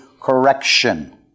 correction